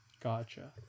Gotcha